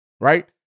Right